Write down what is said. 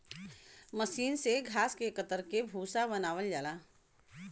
मसीन से घास के कतर के भूसा बनावल जाला